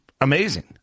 amazing